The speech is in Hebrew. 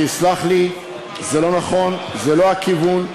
שיסלח לי, זה לא נכון, זה לא הכיוון.